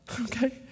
Okay